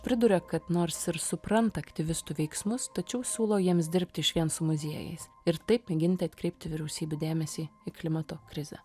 priduria kad nors ir supranta aktyvistų veiksmus tačiau siūlo jiems dirbti išvien su muziejais ir taip mėginti atkreipti vyriausybių dėmesį į klimato krizę